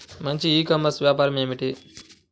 మంచి e commerce వ్యాపారం ఏమిటీ?